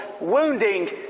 wounding